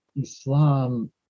Islam